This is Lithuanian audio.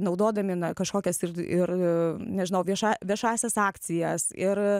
naudodami na kažkokias ir ir nežinau viešą viešąsias akcijas ir